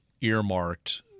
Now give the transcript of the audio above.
Earmarked